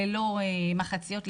ללא מחציות.